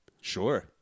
Sure